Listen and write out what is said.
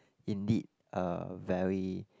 indeed a very